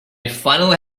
finally